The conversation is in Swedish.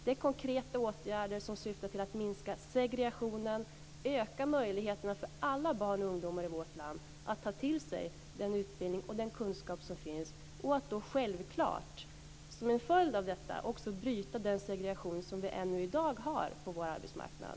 Det är konkreta åtgärder som syftar till att minska segregationen, öka möjligheterna för alla barn och ungdomar i vårt land att ta till sig den utbildning och den kunskap som finns och att då självklart som en följd av detta också bryta den segregation som vi ännu i dag har på vår arbetsmarknad.